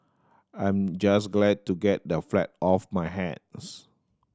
I'm just glad to get the flat off my hands